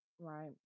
Right